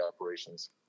operations